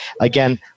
Again